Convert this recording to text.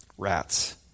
Rats